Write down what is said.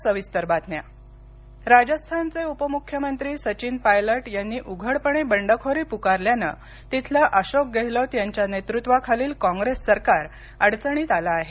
सचिन पायलट राजस्थानचे उपमुख्यमंत्री सचिन पायलट यांनी उघडपणे बंडखोरी पुकारल्यानं तिथलं अशोक गेहलोत यांच्या नेतृत्वाखालील कॉंग्रेस सरकार अडचणीत आलं आहे